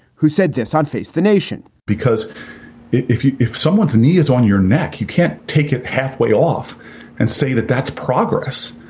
who said this on face the nation. because if you if someone's knee is on your neck, you can't take it halfway off and say that that's progress.